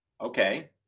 Okay